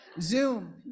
Zoom